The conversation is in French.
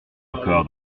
encore